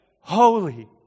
holy